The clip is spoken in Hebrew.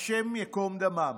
השם ייקום דמם.